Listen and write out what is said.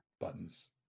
buttons